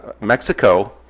Mexico